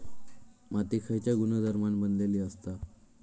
माती खयच्या गुणधर्मान बनलेली असता?